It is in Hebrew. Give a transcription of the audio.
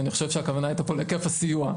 אני חושב שהכוונה פה הייתה ל"היקף הסיוע",